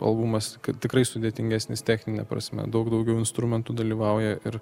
albumas tikrai sudėtingesnis technine prasme daug daugiau instrumentų dalyvauja ir